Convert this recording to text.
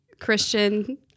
Christian